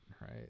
right